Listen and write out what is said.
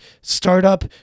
startup